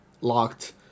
locked